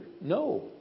No